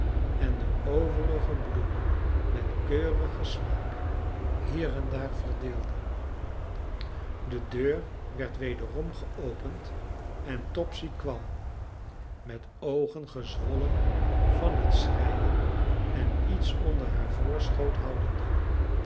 en de overige bloemen met keurigen smaak hier en daar verdeelde de deur werd wederom geopend en topsy kwam met oogen gezwollen van het schreien en iets onder haar voorschoot houdende